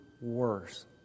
worse